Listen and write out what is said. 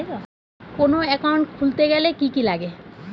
কোন একাউন্ট খুলতে গেলে কি কি লাগে?